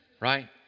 right